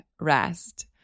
rest